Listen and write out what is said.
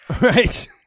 Right